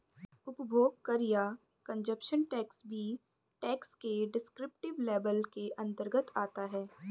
उपभोग कर या कंजप्शन टैक्स भी टैक्स के डिस्क्रिप्टिव लेबल के अंतर्गत आता है